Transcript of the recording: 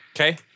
Okay